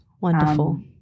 wonderful